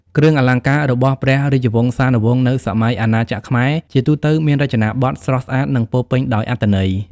គ្រឿងអលង្ការរបស់ព្រះរាជវង្សានុវង្សនៅសម័យអាណាចក្រខ្មែរ ជាទូទៅ មានរចនាប័ទ្មស្រស់ស្អាត និងពោរពេញដោយអត្ថន័យ។